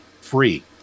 free